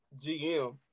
GM